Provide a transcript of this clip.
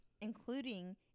including